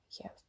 Yes